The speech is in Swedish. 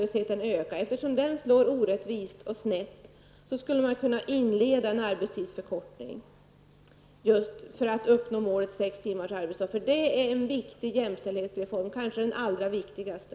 Eftersom arbetslösheten slår orättvist och snett skulle man kunna inleda en arbetstidsförkortning för att uppnå målet sex timmars arbetsdag. Det är nämligen en viktig jämställdhetsreform, kanske den allra viktigaste.